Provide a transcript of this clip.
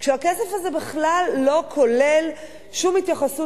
והכסף הזה בכלל לא כולל שום התייחסות